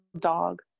dog